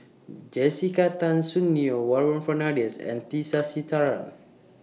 Jessica Tan Soon Neo Warren Fernandez and T Sasitharan